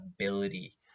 ability